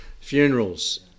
Funerals